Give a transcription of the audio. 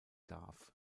darf